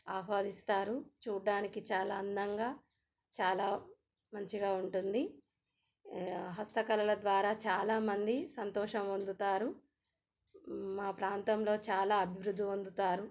ఆస్వాదిస్తారు చూడడానికి చాలా అందంగా చాలా మంచిగా ఉంటుంది హస్తకళల ద్వారా చాలామంది సంతోషం పొందుతారు మా ప్రాంతంలో చాలా అభివృద్ధి పొందుతారు